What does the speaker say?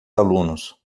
alunos